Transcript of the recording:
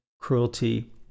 cruelty